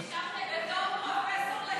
יוסי, בתור פרופסור לחינוך,